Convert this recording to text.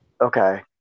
Okay